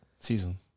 season